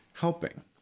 helping